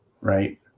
right